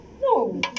no